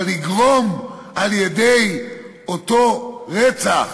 אבל לגרום על-ידי אותו רצח